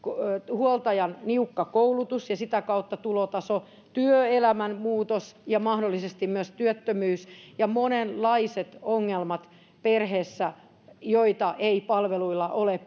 huoltajan niukka koulutus ja sitä kautta tulotaso työelämän muutos ja mahdollisesti myös työttömyys ja monenlaiset ongelmat perheissä joita ei palveluilla ole